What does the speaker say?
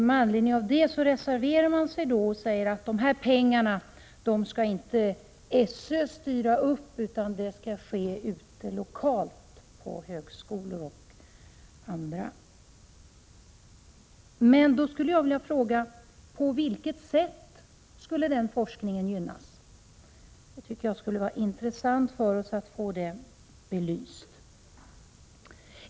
Med anledning av det reserverar sig moderaterna och säger att de här pengarna skall inte SÖ styra, utan de skall hanteras lokalt ute på högskolorna osv. Då skulle jag vilja fråga: På vilket sätt skulle forskningen gynnas? Det tycker jag skulle vara intressant för oss att få belyst.